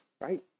right